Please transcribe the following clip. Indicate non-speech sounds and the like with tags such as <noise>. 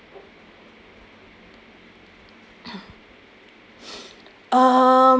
<coughs> <noise>